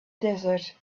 desert